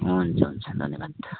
हुन्छ हुन्छ धन्यवाद